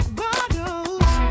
bottles